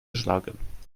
geschlagen